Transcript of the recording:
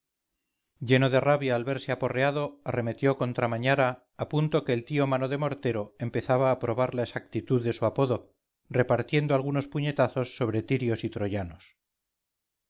lleno de rabia al verse aporreado arremetió contra mañara a punto que el tío mano de mortero empezaba a probar la exactitud de su apodo repartiendo algunos puñetazos sobre tirios y troyanos